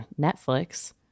Netflix